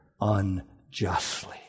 unjustly